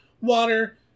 Water